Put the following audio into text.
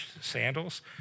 sandals